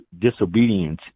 disobedience